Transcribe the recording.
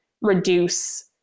reduce